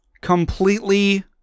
completely